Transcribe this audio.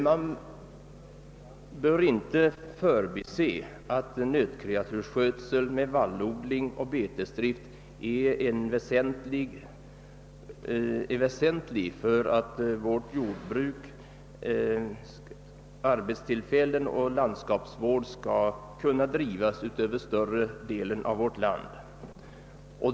Man bör inte förbise att nötkreatursskötsel med vallodling och betesdrift är väsentlig för jordbruk, arbetstillfällen och landskapsvård över större delen av vårt land.